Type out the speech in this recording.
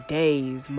days